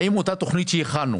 האם אותה תוכנית שהכנו,